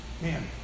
man